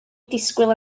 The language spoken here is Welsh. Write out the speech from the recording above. disgwyl